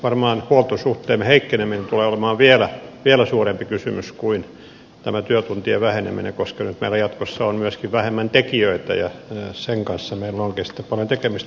varmaan huoltosuhteemme heikkeneminen tulee olemaan vielä suurempi kysymys kuin tämä työtuntien väheneminen koska nyt meillä jatkossa on myöskin vähemmän tekijöitä ja sen kanssa meillä onkin sitten paljon tekemistä